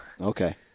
Okay